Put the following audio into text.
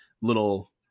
little